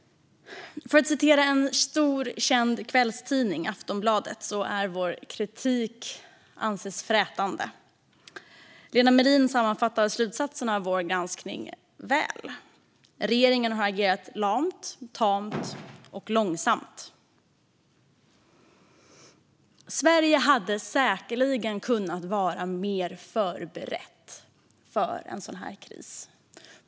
För att citera en stor, känd kvällstidning, Aftonbladet, anses vår kritik frätande. Lena Mellin sammanfattar slutsatsen av vår granskning väl: Regeringen har agerat lamt, tamt och långsamt. Sverige hade säkerligen kunnat vara mer förberett för en sådan här kris.